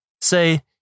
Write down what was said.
say